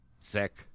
sick